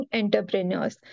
entrepreneurs